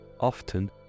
often